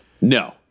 No